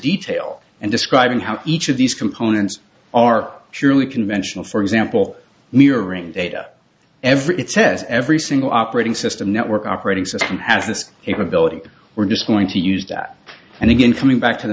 detail and describing how each of these components are surely conventional for example mirroring data every test every single operating system network operating system has this capability we're just going to use that and again coming back to the